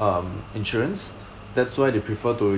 um insurance that's why they prefer to